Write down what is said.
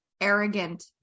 arrogant